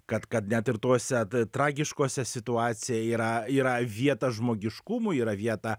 kad kad net ir tose tragiškose situacija yra yra vieta žmogiškumui yra vieta